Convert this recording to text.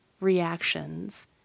reactions